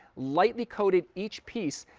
lightly coated each piece,